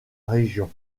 région